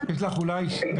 פשוט אמרו לי שאני צריכה להגיע.